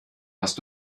hast